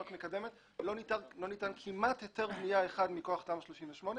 מקדמת לא ניתן כמעט היתר בנייה אחד מכוח תמ"א 38,